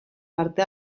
parte